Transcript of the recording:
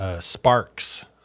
Sparks